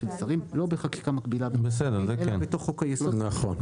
שרים לא בחקיקה מקבילה אלא בתוך חוק-היסוד --- אוקי,